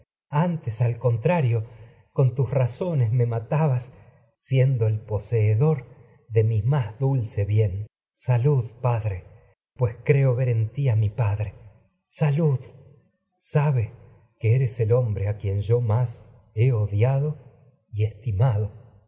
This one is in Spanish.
antes al contrario con razones matabas siendo el poseedor de mi pues más dulce bien salud padre que eres creo ver en ti yo a mi padre salud sabe he el hombre a quien más odiado y estimado